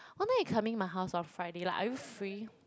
what time you coming my house on Friday like are you free